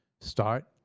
start